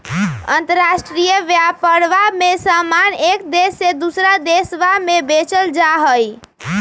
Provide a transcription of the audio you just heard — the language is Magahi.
अंतराष्ट्रीय व्यापरवा में समान एक देश से दूसरा देशवा में बेचल जाहई